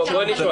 יש תאריך יעד?